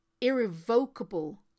irrevocable